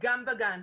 גם בגן.